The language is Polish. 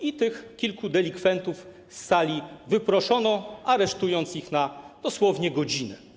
I tych kilku delikwentów z sali wyproszono, aresztując ich dosłownie na godzinę.